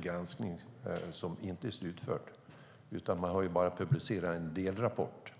granskningen som inte är slutförd. Man har bara publicerat en delrapport.